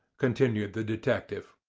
continued the detective.